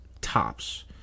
Tops